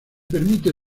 permite